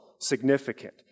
significant